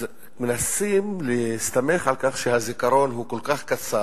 אז מנסים להסתמך על כך שהזיכרון הוא כל כך קצר